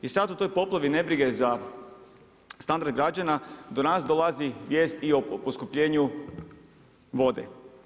I sad u toj poplavi nebrige za standard građana do nas dolazi vijest i i o poskupljenju vode.